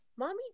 Mommy